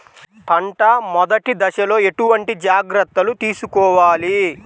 పంట మెదటి దశలో ఎటువంటి జాగ్రత్తలు తీసుకోవాలి?